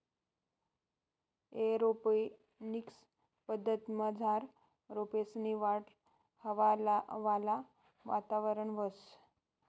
aeroponics पद्धतमझार रोपेसनी वाढ हवावाला वातावरणात व्हस